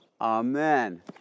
Amen